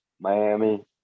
Miami